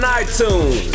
iTunes